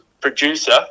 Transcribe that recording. producer